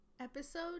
episode